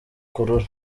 kurura